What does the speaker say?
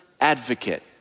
advocate